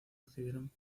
recibieron